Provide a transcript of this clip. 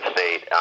State